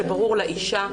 שברור לאישה,